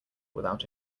without